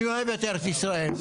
אני אוהב את ארץ ישראל.